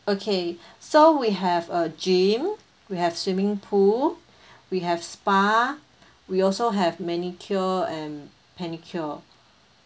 okay so we have a gym we have swimming pool we have spa we also have manicure and pedicure